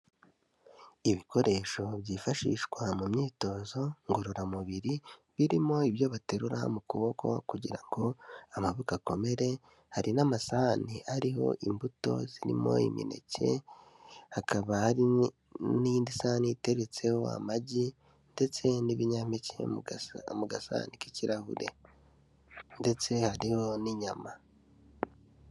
Ibikoresho byifashishwa mu myitozo ngororamubiri, birimo ibyo baterura mu kuboko kugira ngo amaboko akomere, hari n'amasahani ariho imbuto zirimo imineke, hakaba hari n'indi sahani iteretseho amagi ndetse n'ibinyampeke mu gasahani k'ikirahure. Ndetse hariho n'inyama.